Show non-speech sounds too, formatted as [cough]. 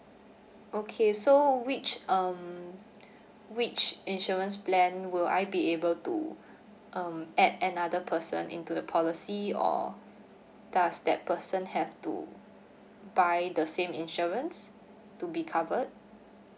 okay so which um [breath] which insurance plan will I be able to um add another person into the policy or does that person have to buy the same insurance to be covered